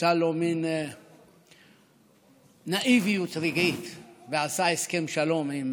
הייתה לו מין נאיביות רגעית ועשה הסכם שלום עם